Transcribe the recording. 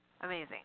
amazing